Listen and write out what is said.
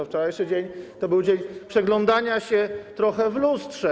Wczorajszy dzień to był dzień przeglądania się trochę w lustrze.